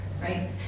right